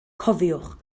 cofiwch